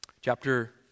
Chapter